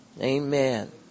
Amen